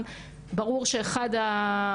אני גם לומדת הרבה,